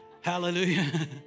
Hallelujah